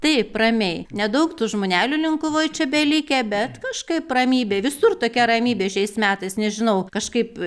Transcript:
taip ramiai nedaug tų žmonelių linkuvoj čia belikę bet kažkaip ramybė visur tokia ramybė šiais metais nežinau kažkaip